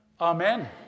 Amen